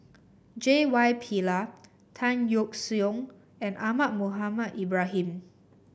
J Y Pillay Tan Yeok Seong and Ahmad Mohamed Ibrahim